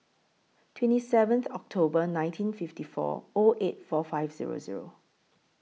twenty seventh October nineteen fifty four O eight four five Zero Zero